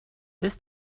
this